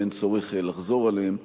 ואין צורך לחזור עליהן,